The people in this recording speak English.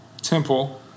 Temple